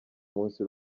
munsi